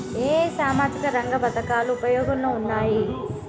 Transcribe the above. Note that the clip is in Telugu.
ఏ ఏ సామాజిక రంగ పథకాలు ఉపయోగంలో ఉన్నాయి?